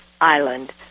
island